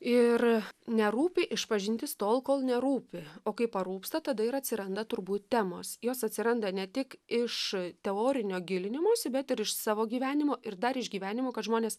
ir nerūpi išpažintis tol kol nerūpi o kai parūpsta tada ir atsiranda turbūt temos jos atsiranda ne tik iš teorinio gilinimosi bet ir iš savo gyvenimo ir dar iš gyvenimo kad žmonės